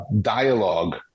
dialogue